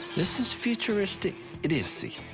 this is futuristic idiocy.